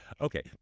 okay